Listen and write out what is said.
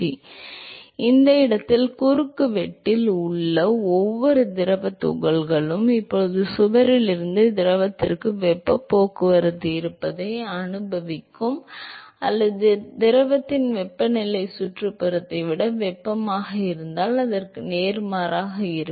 எனவே அந்த இடத்தில் குறுக்குவெட்டில் உள்ள ஒவ்வொரு திரவத் துகள்களும் இப்போது சுவரில் இருந்து திரவத்திற்கு வெப்பப் போக்குவரத்து இருப்பதை அனுபவிக்கும் அல்லது திரவத்தின் வெப்பநிலை சுற்றுப்புறத்தை விட வெப்பமாக இருந்தால் அதற்கு நேர்மாறாக இருக்கும்